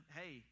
hey